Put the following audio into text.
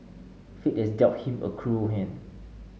fate has dealt him a cruel hand